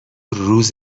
روز